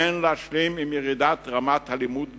אין להשלים עם ירידת רמת הלימוד בתוכנו,